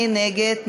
מי נגד?